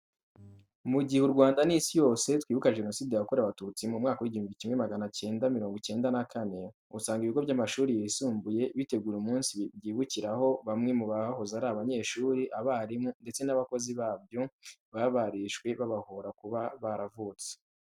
Mu gihe u Rwanda n'Isi yose twibuka Jenoside yakorewe Abatutsi mu mwaka w'igihumbi kimwe magana acyenda mirongo icyenda na kane, usanga ibigo by'amashuri yisumbuye bitegura umunsi byibukiraho bamwe mu bahoze ari abanyeshuri, abarimu ndetse n'abakozi babyo baba barishwe babahora kuba baravutse.